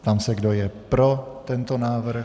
Ptám se, kdo je pro tento návrh.